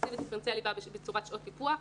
התקציב הדיפרנציאלי בא בצורת שעות טיפוח,